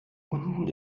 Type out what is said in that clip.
unten